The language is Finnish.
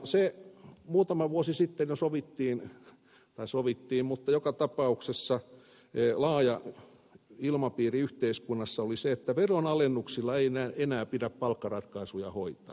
se jo muutama vuosi sitten sovittiin tai joka tapauksessa laaja ilmapiiri yhteiskunnassa oli se että veronalennuksilla ei enää pidä palkkaratkaisuja hoitaa